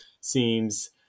seems